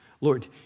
Lord